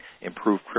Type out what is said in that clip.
improve